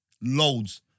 Loads